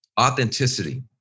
Authenticity